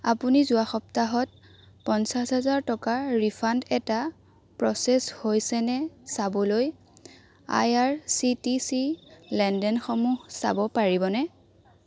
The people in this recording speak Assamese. আপুনি যোৱা সপ্তাহত পঞ্চাছ হাজাৰ টকাৰ ৰিফাণ্ড এটা প্ৰ'চেছ হৈছে নে চাবলৈ IRCTC লেনদেনসমূহ চাব পাৰিবনে